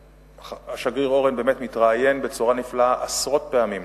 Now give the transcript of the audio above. השגריר אורן באמת מתראיין בצורה נפלאה עשרות פעמים,